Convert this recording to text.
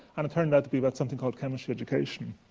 and it turned out to be about something called chemistry education.